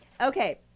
Okay